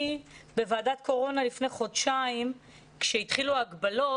בוועדת קורונה לפני חודשיים כשהתחילו ההגבלות,